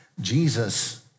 Jesus